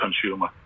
consumer